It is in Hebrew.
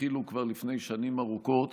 התחילו כבר לפני שנים ארוכות